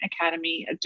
Academy